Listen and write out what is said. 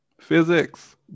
Physics